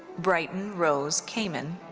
brighton rose kamen.